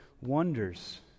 wonders